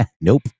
Nope